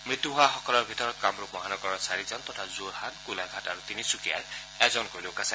মৃত্যু হোৱাসকলৰ ভিতৰত কামৰূপ মহানগৰৰ চাৰিজন তথা যোৰহাট গোলাঘাট আৰু তিনিচুকীয়াৰ এজনকৈ লোক আছে